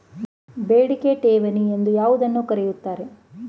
ಬೇಡಿಕೆ ಠೇವಣಿ ಎಂದು ಯಾವುದನ್ನು ಕರೆಯುತ್ತಾರೆ?